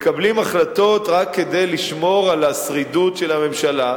מקבלים החלטות רק כדי לשמור על השרידות של הממשלה,